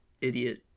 idiot